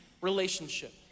relationship